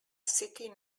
city